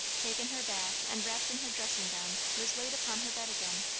taken her bath, and wrapped in her dressing-gown was laid upon her bed again,